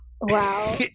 Wow